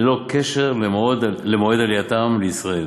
ללא קשר למועד עלייתם לישראל,